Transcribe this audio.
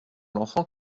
l’enfant